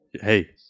Hey